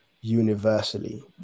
universally